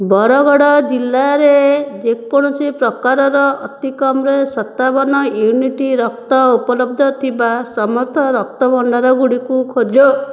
ବରଗଡ଼ ଜିଲ୍ଲାରେ ଯେକୌଣସି ପ୍ରକାରର ଅତିକମ୍ରେ ସତାବନ ୟୁନିଟ୍ ରକ୍ତ ଉପଲବ୍ଧ ଥିବା ସମସ୍ତ ରକ୍ତ ଭଣ୍ଡାରଗୁଡ଼ିକୁ ଖୋଜ